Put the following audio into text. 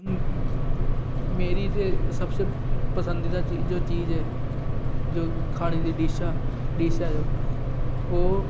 मेरी सब शा पसंदीदा जो चीज ऐ जो खाने दियां डिशां डिशां जो ओह्